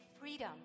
freedom